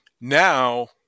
Now